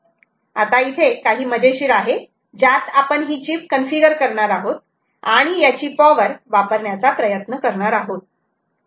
आता इथे काही मजेशीर आहे ज्यात आपण ही चीप कन्फिगर करणार आहोत आणि याची पॉवर वापरण्याचा प्रयत्न करणार आहोत